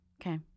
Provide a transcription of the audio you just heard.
Okay